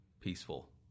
peaceful